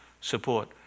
support